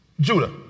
Judah